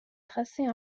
tracer